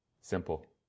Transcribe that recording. simple